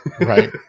Right